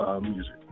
music